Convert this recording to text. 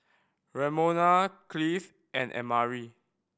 Ramona Cleave and Amari